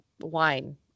wine